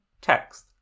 text